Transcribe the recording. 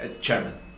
Chairman